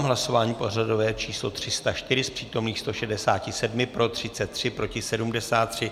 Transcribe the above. V hlasování pořadové číslo 304 z přítomných 167 pro 33, proti 73.